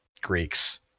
Greeks